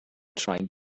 trying